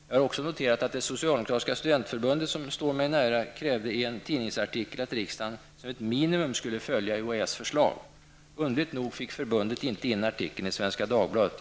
Jag har också noterat att det socialdemokratiska studentförbundet, som står mig nära, i en tidningsartikel krävde att riksdagen som ett minimum skulle följa UHÄs förslag. Underligt nog fick förbundet inte in artikeln i Svenska Dagbladet.